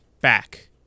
back